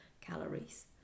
calories